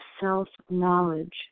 self-knowledge